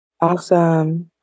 awesome